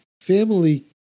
family